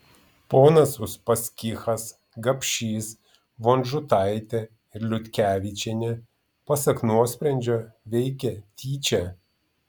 ponas uspaskichas gapšys vonžutaitė ir liutkevičienė pasak nuosprendžio veikė tyčia